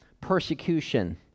persecution